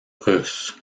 russe